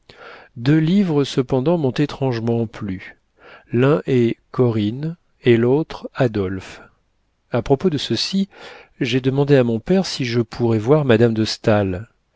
deux livres cependant m'ont étrangement plu l'un est corinne et l'autre adolphe a propos de ceci j'ai demandé à mon père si je pourrais voir madame de staël